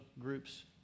groups